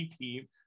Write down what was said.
team